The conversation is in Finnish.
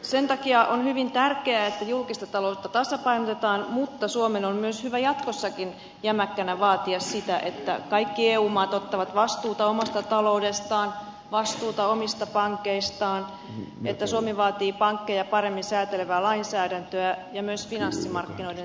sen takia on hyvin tärkeää että julkista taloutta tasapainotetaan mutta suomen on hyvä myös jatkossakin jämäkkänä vaatia sitä että kaikki eu maat ottavat vastuuta omasta taloudestaan vastuuta omista pankeistaan että suomi vaatii pankkeja paremmin säätelevää lainsäädäntöä ja myös finanssimarkkinoiden säätelyä